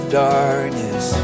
darkness